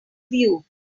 view